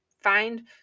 find